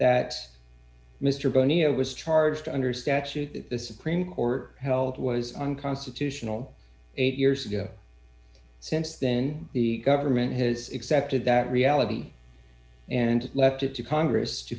that mr bonior was charged under statute that the supreme court held was unconstitutional eight years ago since then the government has accepted that reality and left it to congress to